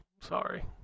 Sorry